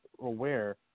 aware